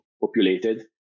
populated